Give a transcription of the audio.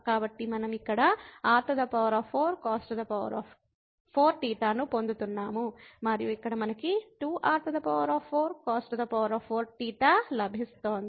కాబట్టి మనం ఇక్కడ r4cos4θ ను పొందుతున్నాము మరియు ఇక్కడ మనకు 2 r4cos4θ లభిస్తోంది